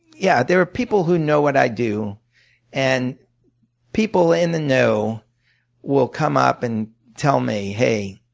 yeah, there are people who know what i do and people in the know will come up and tell me hey,